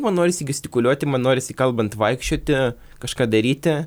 man norisi gestikuliuoti man norisi kalbant vaikščioti kažką daryti